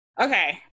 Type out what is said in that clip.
Okay